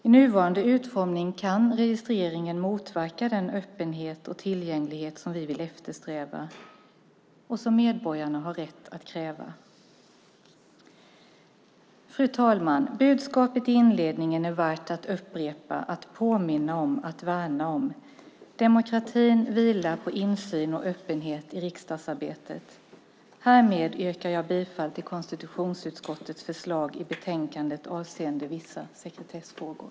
I nuvarande utformning kan registreringen motverka den öppenhet och tillgänglighet som vi vill eftersträva och som medborgarna har rätt att kräva. Fru talman! Budskapet i inledningen är värt att upprepa, att påminna om och att värna: Demokratin vilar på insyn och öppenhet i riksdagsarbetet. Härmed yrkar jag bifall till konstitutionsutskottets förslag i betänkandet avseende vissa sekretessfrågor.